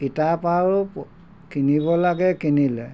কিতাপ আৰু প কিনিব লাগে কিনিলে